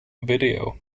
video